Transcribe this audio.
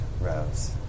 Rose